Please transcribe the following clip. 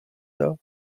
dar